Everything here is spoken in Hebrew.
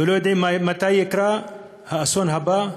ולא יודעים מתי יקרה האסון הבא.